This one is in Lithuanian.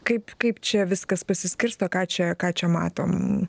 kaip kaip čia viskas pasiskirsto ką čia ką čia matom